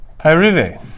pyruvate